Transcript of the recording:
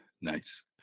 nice